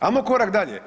ajmo korak dalje.